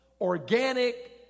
organic